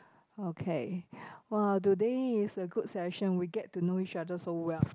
okay !wah! today is a good session we get to know each other so well